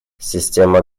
система